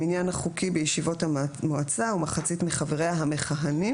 המניין החוקי בישיבות המועצה הוא מחצית מחבריה המכהנים